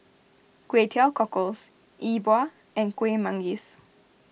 Kway Teow Cockles E Bua and Kueh Manggis